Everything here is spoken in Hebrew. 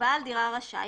(א)בעל דירה רשאי,